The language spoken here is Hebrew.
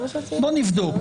בואו נבדוק.